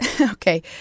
Okay